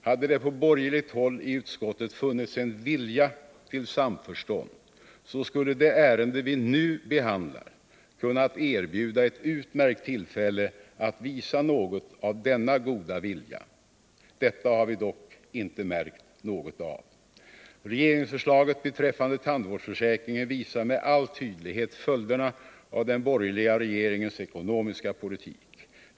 Hade det hos de borgerliga ledamöterna i utskottet funnits en vilja till samförstånd, så skulle det ärende vi nu behandlar kunnat erbjuda ett utmärkt tillfälle att visa något av denna goda vilja. Detta har vi dock inte märkt något av. Regeringsförslaget beträffande tandvårdsförsäkringen visar med all tyd lighet följderna av den borgerliga regeringens ekonomiska politik.